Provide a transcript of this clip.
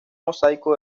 mosaico